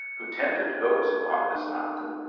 who tended goats upon this mountain,